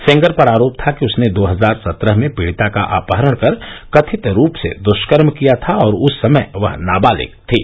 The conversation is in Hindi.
सेंगर पर आरोप था कि उसने दो हजार सत्रह में पीडिता का अपहरण कर कथित रूप से दुष्कर्म किया था और उस समय वह नाबालिग थी